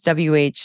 WH